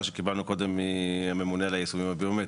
שקיבלנו קודם מהממונה על היישומים הביומטריים.